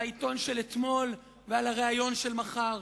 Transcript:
על העיתון של אתמול ועל הריאיון של מחר.